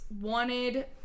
wanted